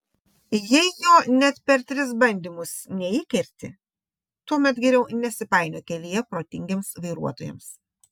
jei jo net per tris bandymus neįkerti tuomet geriau nesipainiok kelyje protingiems vairuotojams